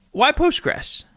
why postgres?